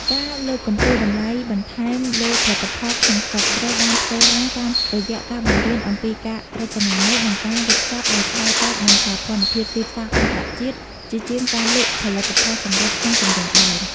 ការលើកកម្ពស់តម្លៃបន្ថែមលើផលិតផលក្នុងស្រុកត្រូវបានធ្វើឡើងតាមរយៈការបង្រៀនអំពីការរចនាម៉ូដ និងការវេចខ្ចប់ដែលឆ្លើយតបនឹងសោភ័ណភាពទីផ្សារអន្តរជាតិ ជាជាងការលក់ផលិតផលសម្រេចក្នុងទម្រង់ដើម។